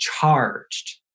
charged